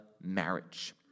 marriage